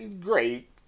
great